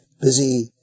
busy